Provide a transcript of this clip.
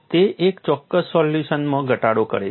તે એક ચોક્કસ સોલ્યુશનમાં ઘટાડો કરે છે